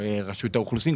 ברשות האוכלוסין,